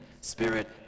spirit